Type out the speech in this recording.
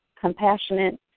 compassionate